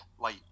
light